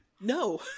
No